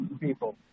people